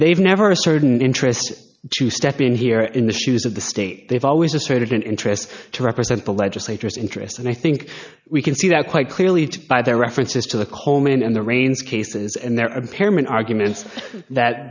they've never a certain interest to step in here in the shoes of the state they've always asserted an interest to represent the legislators interest and i think we can see that quite clearly to by their references to the coleman and the rains cases and their apparent arguments that